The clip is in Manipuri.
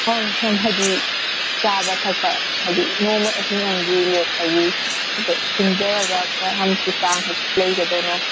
ꯑꯪ ꯁꯨꯝ ꯍꯥꯏꯗꯤ ꯆꯥꯕ ꯊꯛꯄ ꯍꯥꯏꯗꯤ ꯅꯣꯡꯃ ꯑꯍꯤꯡ ꯑꯝꯒꯤ ꯂꯦꯛꯄꯒꯤ ꯄꯨꯂꯞ ꯁꯤꯟꯖꯔꯒ ꯀꯌꯥꯝꯃꯨꯛꯀꯤ ꯆꯥꯡ ꯍꯥꯏꯗꯤ ꯂꯩꯒꯗꯣꯏꯅꯣ